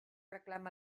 reclam